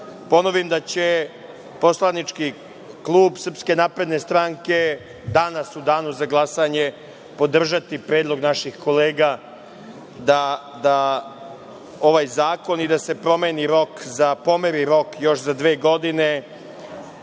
ponovim da će poslanički klub SNS danas u danu za glasanje podržati predlog naših kolega, ovaj zakon i da se pomeri rok još za dve godine